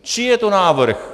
Čí je to návrh?